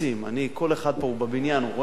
כל אחד פה הוא בבניין, הוא רואה מה קורה,